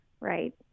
right